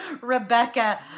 Rebecca